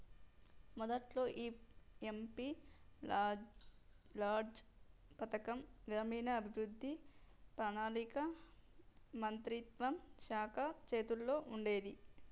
మొదట్లో ఈ MP LADS పథకం గ్రామీణాభివృద్ధి పణాళిక మంత్రిత్వ శాఖ చేతుల్లో ఉండేది